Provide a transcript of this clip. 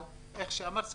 אבל כמו שאמרת,